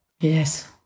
Yes